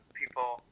people